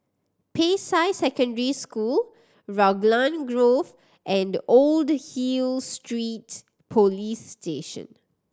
Peicai Secondary School Raglan Grove and Old Hill Street Police Station